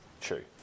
true